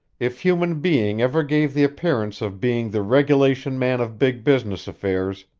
if human being ever gave the appearance of being the regulation man of big business affairs,